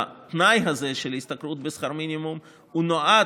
התנאי הזה של השתכרות בשכר מינימום נועד,